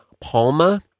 Palma